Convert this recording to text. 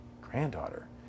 granddaughter